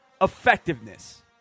effectiveness